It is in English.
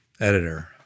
editor